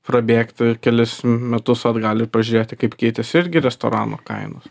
prabėgti kelis metus atgal ir pažiūrėti kaip keitėsi irgi restoranų kainos